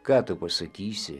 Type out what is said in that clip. ką tu pasakysi